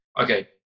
okay